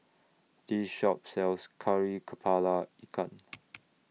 This Shop sells Kari Kepala Ikan